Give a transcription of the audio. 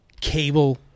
cable